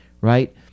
right